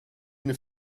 une